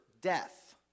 death